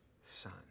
son